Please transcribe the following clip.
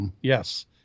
Yes